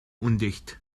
undicht